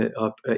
up